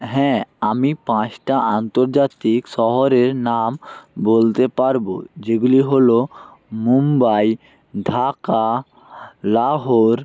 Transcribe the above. হ্যাঁ আমি পাঁচটা আন্তর্জাতিক শহরের নাম বলতে পারবো যেগুলি হলো মুম্বাই ঢাকা লাহোর